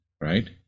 right